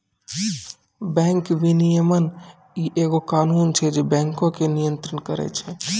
bank विनियमन एगो कानून छै जे बैंको के नियन्त्रण करै छै